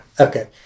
Okay